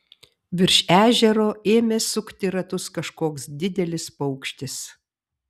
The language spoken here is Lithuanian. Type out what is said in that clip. virš ežero ėmė sukti ratus kažkoks didelis paukštis